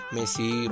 Messi